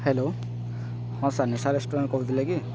hello ହଁ sir Nisha restaurant କହୁଥିଲେ କି